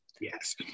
Yes